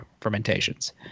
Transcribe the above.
fermentations